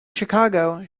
chicago